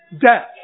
death